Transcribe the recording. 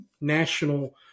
national